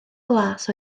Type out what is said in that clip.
glas